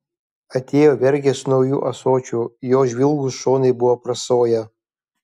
atėjo vergė su nauju ąsočiu jo žvilgūs šonai buvo aprasoję